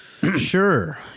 Sure